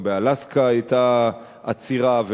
גם באלסקה היתה עצירה.